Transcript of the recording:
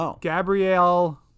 Gabrielle